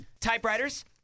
typewriters